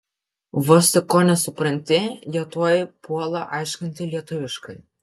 vos tik ko nesupranti jie tuoj puola aiškinti lietuviškai